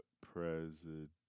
president